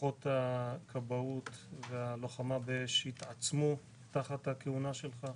כוחות הכבאות והלוחמה באש התעצמו תחת הכהונה שלך.